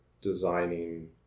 designing